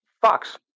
Fox